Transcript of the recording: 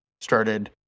started